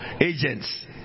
agents